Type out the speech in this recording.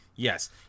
Yes